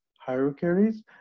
hierarchies